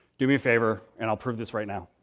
do me a favor, and i'll prove this right now.